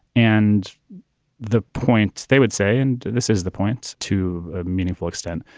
and the point they would say, and this is the point to a meaningful extent,